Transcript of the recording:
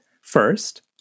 First